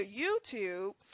YouTube